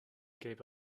gave